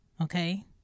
Okay